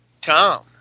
Tom